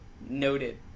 noted